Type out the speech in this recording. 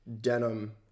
denim